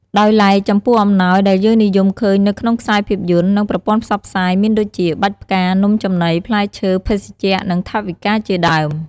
ដោយឡែកចំពោះអំណោយដែលយើងនិយមឃើញនៅក្នុងខ្សែភាពយន្ត និង ប្រព័ន្ធផ្សព្វផ្សាយ មានដូចជា បាច់ផ្កា នំចំនី ផ្លែឈើ ភេសជ្ជៈ និង ថវិកាជាដើម។